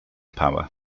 power